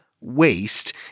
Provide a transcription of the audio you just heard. waste